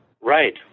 Right